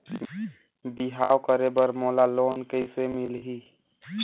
बिहाव करे बर मोला लोन कइसे मिलही?